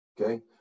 Okay